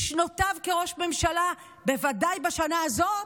בשנותיו כראש ממשלה, בוודאי בשנה הזו,